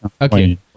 okay